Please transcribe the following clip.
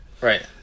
right